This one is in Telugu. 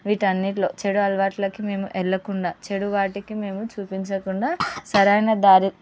వీటన్నింటిలో చెడు అలవాట్లకి మేము వెళ్ళకుండా చెడు వాటికి మేము చూపించకుండా సరైన దారి